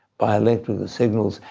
by electrical signals.